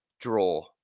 draw